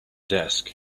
desk